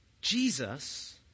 Jesus